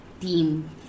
team